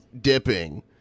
dipping